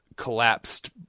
collapsed